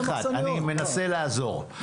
אני מנסה לעזור.